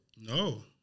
No